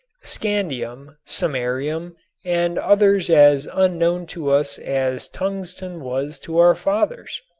scandium, samarium and others as unknown to us as tungsten was to our fathers?